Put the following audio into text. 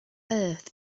earth